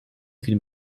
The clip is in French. qu’une